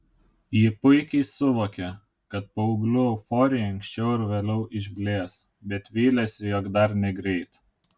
ji puikiai suvokė kad paauglių euforija anksčiau ar vėliau išblės bet vylėsi jog dar negreit